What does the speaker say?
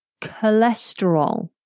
cholesterol